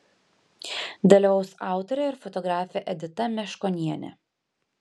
dalyvaus autorė ir fotografė edita meškonienė